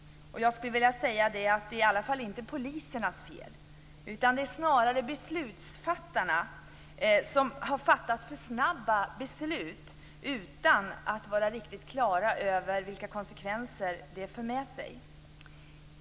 Det är i varje fall inte polisernas fel. Det är snarare beslutsfattarna som har fattat för snabba beslut utan att vara riktigt klara över vilka konsekvenser det för med sig.